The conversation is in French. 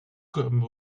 comme